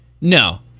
No